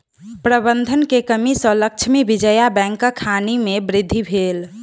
प्रबंधन के कमी सॅ लक्ष्मी विजया बैंकक हानि में वृद्धि भेल